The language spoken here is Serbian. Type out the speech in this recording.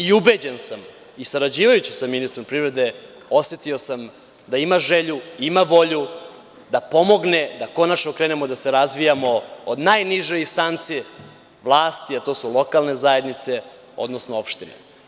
Ubeđen sam i sarađivajući sa ministrom privrede osetio sam da ima želju, ima volju da pomogne da konačno krenemo da se razvijamo od najniže instance vlasti, a to su lokalne zajednice, odnosno opštine.